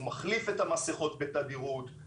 הוא מחליף את המסיכות בתדירות,